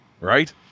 right